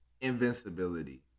invincibility